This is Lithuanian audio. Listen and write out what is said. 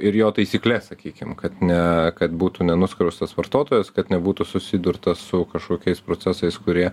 ir jo taisykles sakykim kad ne kad būtų nenuskriaustas vartotojas kad nebūtų susidurta su kažkokiais procesais kurie